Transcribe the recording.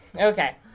Okay